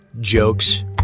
jokes